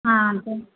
ஆ சரி